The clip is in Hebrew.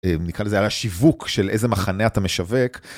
נקרא לזה, על השיווק של איזה מחנה אתה משווק.